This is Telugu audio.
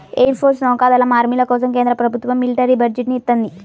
ఎయిర్ ఫోర్సు, నౌకా దళం, ఆర్మీల కోసం కేంద్ర ప్రభుత్వం మిలిటరీ బడ్జెట్ ని ఇత్తంది